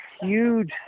huge